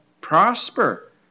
prosper